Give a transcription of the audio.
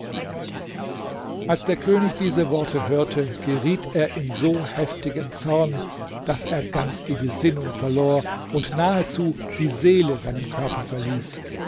als der könig diese worte hörte geriet er in so heftigen zorn daß er ganz die besinnung verlor und nahezu die seele seinen körper verließ